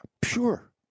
Pure